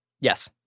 Yes